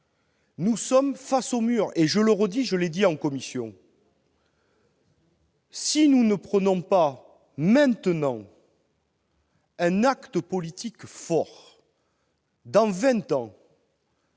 Nous sommes face au mur et, comme je l'ai déjà dit en commission, si nous ne posons pas maintenant un acte politique fort, dans vingt ans,